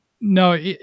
no